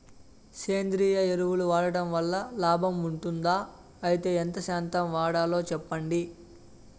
సేంద్రియ ఎరువులు వాడడం వల్ల లాభం ఉంటుందా? అయితే ఎంత శాతం వాడాలో చెప్పండి?